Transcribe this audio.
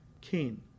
Cain